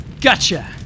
Gotcha